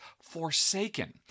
Forsaken